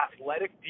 athletic